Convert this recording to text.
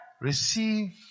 Receive